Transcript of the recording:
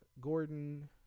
Gordon